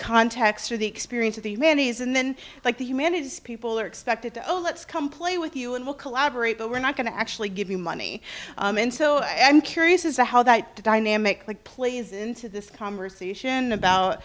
context or the experience of the humanities and then like the humanities people are expected to a let's come play with you and will collaborate but we're not going to actually give you money and so i'm curious as to how that dynamic like plays into this conversation about